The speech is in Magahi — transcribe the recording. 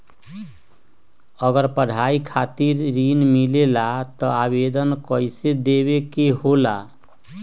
अगर पढ़ाई खातीर ऋण मिले ला त आवेदन कईसे देवे के होला?